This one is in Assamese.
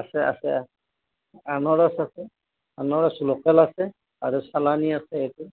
আছে আছে আনাৰস আছে আনাৰস লোকেল আছে আৰু চালানি আছে এইটো